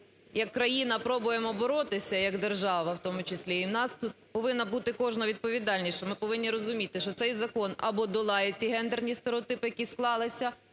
як країна пробуємо боротися, як держава в тому числі. І в нас тут повинна бути в кожного відповідальність, що ми повинні розуміти, що цей закон або долає ці гендерні стереотипи, які склалися,